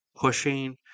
pushing